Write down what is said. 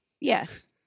Yes